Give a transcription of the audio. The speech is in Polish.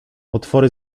potwory